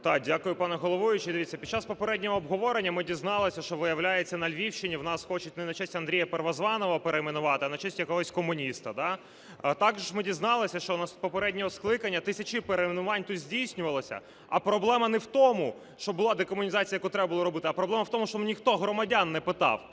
дякую пане головуючий. Дивіться, під час попереднього обговорення ми дізналися, що, виявляється, на Львівщині у нас хочуть не на честь Андрія Первозваного перейменувати, а на честь якогось комуніста, да. А також ми дізналися, що у нас з попереднього скликання тисячі перейменувань тут здійснювалося, а проблема не в тому, що була декомунізація, яку треба було робити, а проблема в тому, що ніхто в громадян не питав.